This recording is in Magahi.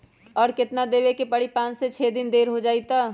और केतना देब के परी पाँच से छे दिन देर हो जाई त?